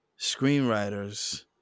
screenwriters